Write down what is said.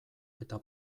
eta